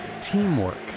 teamwork